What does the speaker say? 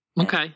Okay